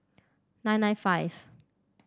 nine nine five